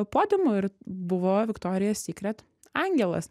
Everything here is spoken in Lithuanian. podiumu ir buvo viktorija sikret angelas